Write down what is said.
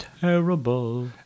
terrible